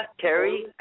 Kerry